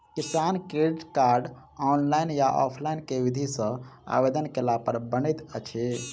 किसान credit card, online या offline केँ विधि सँ आवेदन कैला पर बनैत अछि?